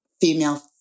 female